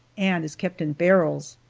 and is kept in barrels.